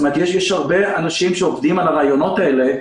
כלומר יש הרבה אנשים שעובדים על הרעיונות האלה,